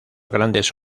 grandes